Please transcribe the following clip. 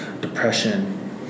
depression